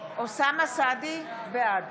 בעד